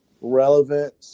relevant